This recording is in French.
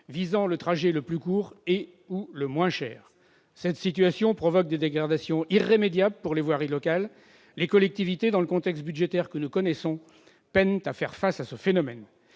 visant le trajet le plus court et/ou le moins cher. Cette situation provoque des dégradations irrémédiables pour les voiries locales. Les collectivités, dans le contexte budgétaire que nous connaissons, peinent à faire face à ce phénomène.